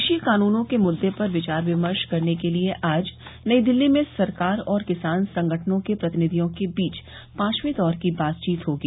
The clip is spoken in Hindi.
कृषि कानूनों के मुद्दे पर विचार विमर्श करने के लिए आज नई दिल्ली में सरकार और किसान संगठनों के प्रतिनिधियों के बीच पांचवे दौर की बातचीत होगी